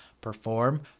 perform